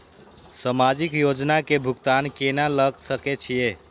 समाजिक योजना के भुगतान केना ल सके छिऐ?